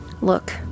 Look